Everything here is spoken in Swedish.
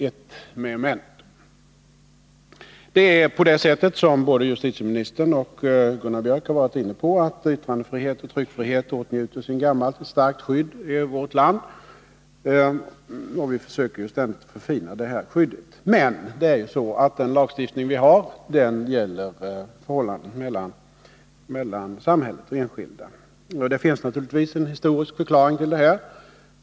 Yttrandefrihet och tryckfrihet åtnjuter sedan gammalt ett starkt skydd i vårt land. Det har både justitieministern och Gunnar Biörck varit inne på. Vi försöker också ständigt förfina detta skydd. Men den lagstiftning vi har gäller förhållandet mellan samhället och enskilda. Det finns naturligtvis en historisk förklaring till detta.